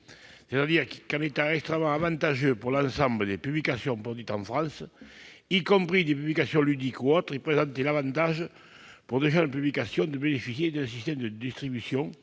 ses défauts. En étant extrêmement avantageux pour l'ensemble des publications produites en France, y compris des publications ludiques ou autres, il présentait l'avantage pour de jeunes publications de bénéficier d'un système de distribution